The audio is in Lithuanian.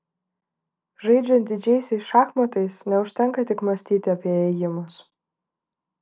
žaidžiant didžiaisiais šachmatais neužtenka tik mąstyti apie ėjimus